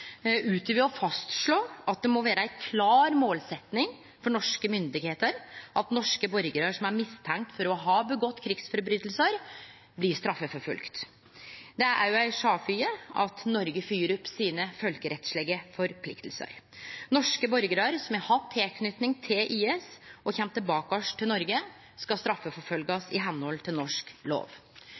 utover å fastslå at det må vere ei klar målsetjing for norske myndigheiter at norske borgarar som er mistenkte for å ha vore krigsforbrytarar, blir straffeforfølgde. Det er òg ei sjølvfølgje at Noreg følgjer opp sine folkerettslege forpliktingar. Norske borgarar som har hatt tilknyting til IS og kjem tilbake til Noreg, skal straffeforfølgjast etter norsk lov.